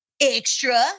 extra